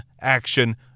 action